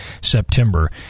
September